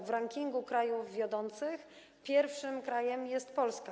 W rankingu krajów wiodących pierwszym krajem jest Polska.